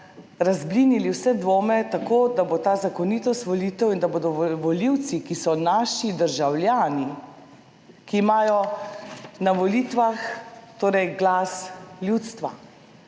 razblinili vse dvome, tako da bo ta zakonitost volitev in da bodo volivci, ki so naši državljani, ki imajo na volitvah torej glas ljudstva,